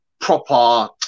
proper